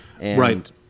Right